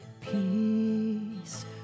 Peace